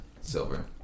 Silver